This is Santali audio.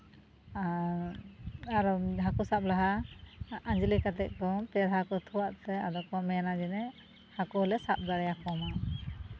ᱟᱨ ᱟᱨᱚ ᱦᱟᱹᱠᱩ ᱥᱟᱵ ᱞᱟᱦᱟ ᱟᱸᱡᱽᱞᱮ ᱠᱟᱛᱮᱫ ᱠᱚ ᱯᱮ ᱫᱷᱟᱣ ᱠᱚ ᱛᱷᱩ ᱟᱜ ᱛᱮ ᱟᱫᱚ ᱠᱚ ᱢᱮᱱᱟ ᱡᱮᱱᱚ ᱦᱟᱹᱠᱩ ᱞᱮ ᱥᱟᱵ ᱫᱟᱲᱮᱭᱟᱠᱚ ᱢᱟ